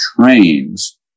trains